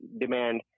demand